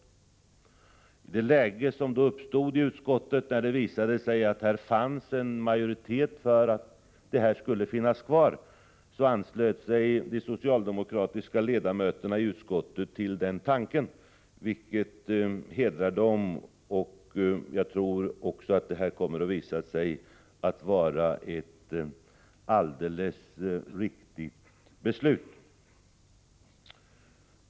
I det läge som uppstod i utskottet, där det fanns en majoritet för att dessa tillägg skulle finnas kvar, anslöt sig de socialdemokratiska ledamöterna i utskottet till denna tanke, vilket hedrar dem. Jag tror att det kommer att visa sig att detta är ett alldeles riktigt beslut.